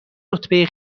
رتبه